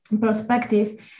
perspective